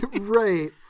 Right